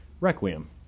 requiem